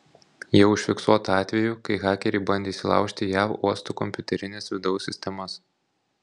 jau užfiksuota atvejų kai hakeriai bandė įsilaužti į jav uostų kompiuterines vidaus sistemas